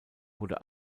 wurde